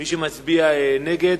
מי שמצביע נגד,